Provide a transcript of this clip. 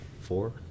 four